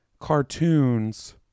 cartoons